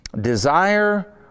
desire